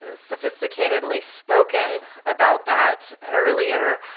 ah sophisticatedly spoken about that earlier